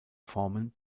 formen